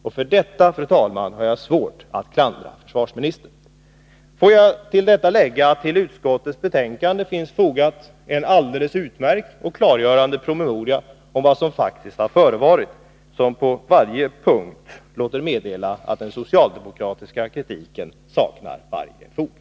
För detta, fru talman, har jag svårt att klandra försvarsministern. Får jag till detta lägga att det till utskottets betänkande finns fogad en alldeles utmärkt och klargörande promemoria om vad som faktiskt har förevarit, som på varje punkt låter meddela att den socialdemokratiska kritiken helt saknar fog.